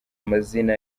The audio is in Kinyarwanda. amazina